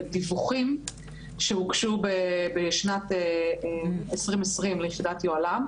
אלא דיווחים שהוגשו בשנת 2020 ליחידת יוהל"מ.